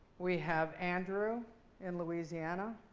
we have andrew in louisiana.